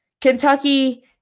Kentucky